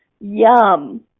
Yum